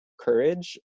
courage